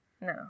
no